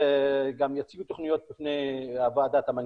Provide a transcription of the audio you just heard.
יציגו תוכניות בפני ועדת המנכ"לים.